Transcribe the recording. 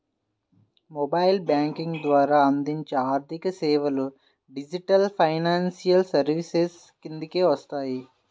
mobile banking ద్వారా అందించే ఆర్థికసేవలు డిజిటల్ ఫైనాన్షియల్ సర్వీసెస్ కిందకే వస్తాయి